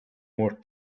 more